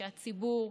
שהציבור,